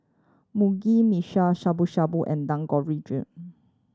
Mugi Meshi Shabu Shabu and